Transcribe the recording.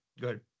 good